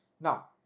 Now